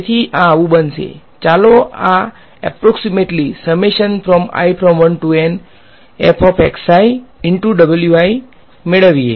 તેથી આ આવું બનશે ચાલો આ એપ્રોક્ષીમેટલી મેળવીએ